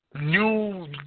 new